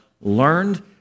learned